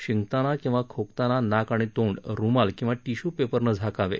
शिंकताना किंवा खोकताना नाक आणि तोंड रुमाल किंवा टिश्य् पेपरनं झाकावे